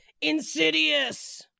insidious